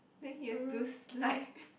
then he have to slide